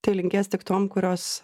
tai linkės tik tom kurios